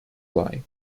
flying